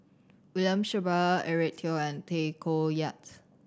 William Shellabear Eric Teo and Tay Koh Yat